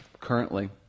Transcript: currently